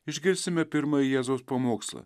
išgirsime pirmąjį jėzaus pamokslą